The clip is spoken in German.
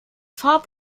farb